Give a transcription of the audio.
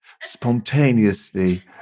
spontaneously